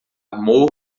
amor